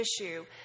issue